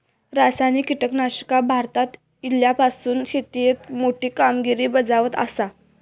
रासायनिक कीटकनाशका भारतात इल्यापासून शेतीएत मोठी कामगिरी बजावत आसा